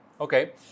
Okay